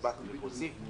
עונה היועצת המשפטית: